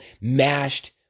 mashed